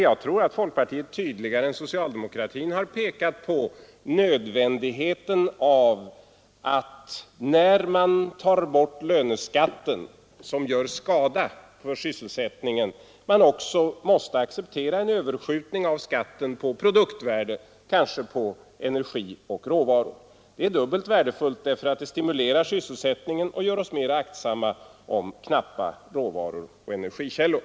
Jag tror att folkpartiet tydligare än socialdemokratin har pekat på nödvändigheten av att när man tar bort löneskatten, som gör skada för sysselsättningen, man också måste acceptera en överskjutning av skatten på produktvärden, kanske på energi och råvaror. Det är dubbelt värdefullt därför att det stimulerar sysselsättningen och gör oss mera aktsamma med knappa råvaror och energikällor.